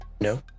No